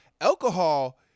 alcohol